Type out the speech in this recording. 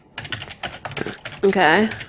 Okay